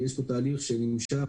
יש פה תהליך שנמשך,